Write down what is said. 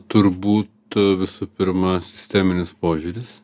turbūt visų pirma sisteminis požiūris